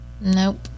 nope